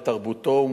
לתרבותו,